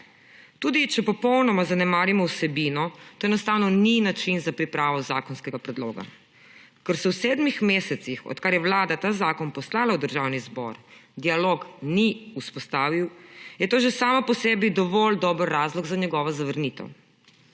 Tudi če popolnoma zanemarimo vsebino, to enostavno ni način za pripravo zakonskega predloga. Ker se v sedmih mesecih, odkar ja Vlada ta zakon poslala v Državni zbor, dialog ni vzpostavil, je to že samo po sebi dovolj dober razlog za njegovo zavrnitev.